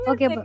Okay